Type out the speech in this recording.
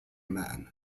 man